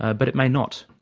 ah but it may not.